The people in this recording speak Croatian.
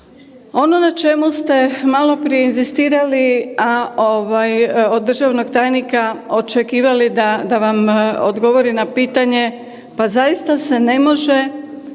Ono na čemu ste maloprije inzistirali, a ovaj od državnog tajnika očekivali da vam odgovori na pitanje, pa zaista se ne može